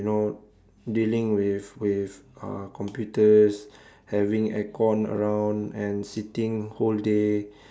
you know dealing with with uh computers having aircon around and sitting whole day